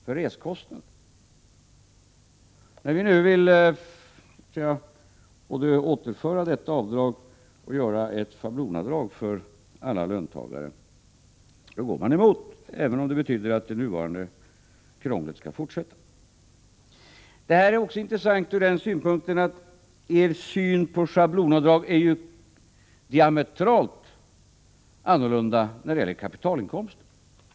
för reskostnader. När vi nu både vill återinföra detta avdrag och införa ett schablonavdrag för alla löntagare, då går ni emot, även om det betyder att det nuvarande krånglet skall fortsätta. Det här är också intressant från den synpunkten att er syn på schablonavdrag ju är diametralt motsatt när det gäller kapitalinkomster.